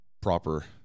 Proper